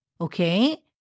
Okay